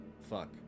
fuck